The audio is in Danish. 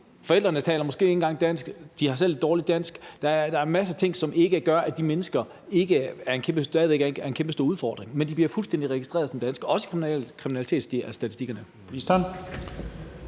forældrene taler måske ikke engang dansk. De kan selv dårligt dansk. Der er masser af ting, som ikke gør, at de mennesker ikke stadig væk er en kæmpestor udfordring, men de bliver registreret som fuldstændig danske, også i kriminalitetsstatistikkerne.